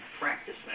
practice